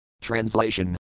Translation